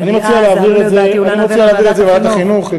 אני מציע להעביר את זה לוועדת החינוך,